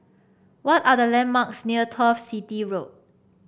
what are the landmarks near Turf City Road